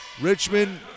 Richmond